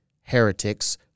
heretics